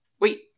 Wait